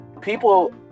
People